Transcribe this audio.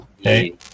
Hey